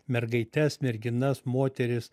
mergaites merginas moteris